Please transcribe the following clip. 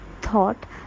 Thought